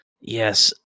Yes